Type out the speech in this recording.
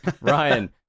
Ryan